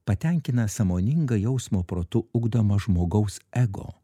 patenkina sąmoningą jausmo protu ugdoma žmogaus ego